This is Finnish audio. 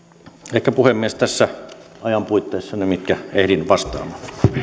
ehkä puhemies tässä ajan puitteissa ne mihin ehdin vastaamaan